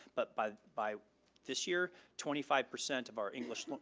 but by by this year twenty five percent of our english